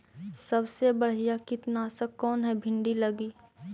सबसे बढ़िया कित्नासक कौन है भिन्डी लगी?